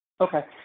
Okay